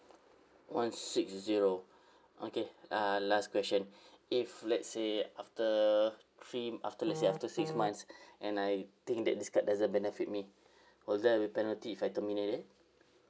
one six zero okay uh last question if let's say after three after let's say after six months and I think that this card doesn't benefit me will there be penalty if I terminate it